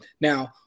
now